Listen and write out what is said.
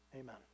Amen